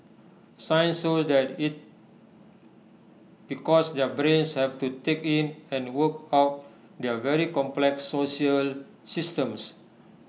science shows that IT because their brains have to take in and work out their very complex social systems